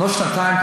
לא שנתיים,